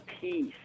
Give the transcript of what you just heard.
peace